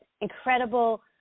incredible